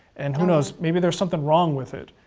and who knows, maybe there's something wrong with it.